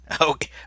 Okay